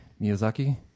Miyazaki